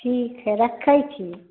ठीक हइ रखै छी